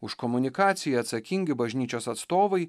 už komunikaciją atsakingi bažnyčios atstovai